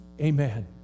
Amen